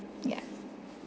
ya